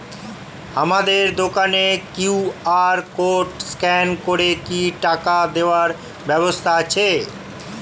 আপনার দোকানে QR code scan করে কি টাকা দেওয়ার ব্যবস্থা আছে?